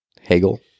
Hegel